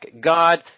God